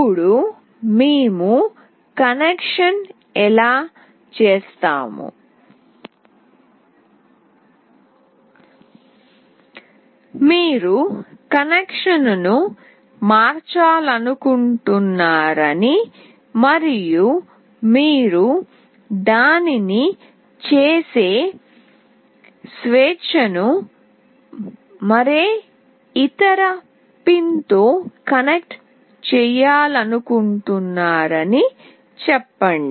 ఇప్పుడు మేము కనెక్షన్ ఎలా చేసాము మీరు కనెక్షన్ను మార్చాలనుకుంటున్నారని మరియు మీరు దానిని చేసే స్వేచ్ఛను మరే ఇతర పిన్తో కనెక్ట్ చేయాలనుకుంటున్నారని చెప్పండి